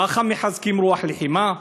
ככה מחזקים רוח לחימה,